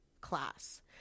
class